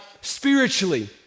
spiritually